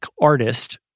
artist